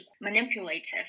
manipulative